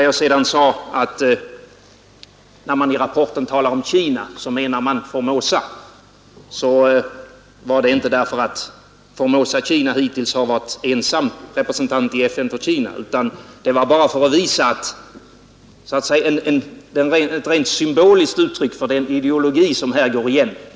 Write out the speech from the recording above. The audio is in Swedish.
Jag sade tidigare att när man i rapporten talar om Kina så menar man Formosa, men det var inte därför att Formosa-Kina hittills varit ensam representant i FN för Kina, utan det var bara för att visa så att säga ett rent symboliskt uttryck för den ideologi som här går igen.